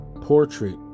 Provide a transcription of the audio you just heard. portrait